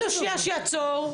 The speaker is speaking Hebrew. לא, שנייה, לעצור.